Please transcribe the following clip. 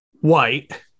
White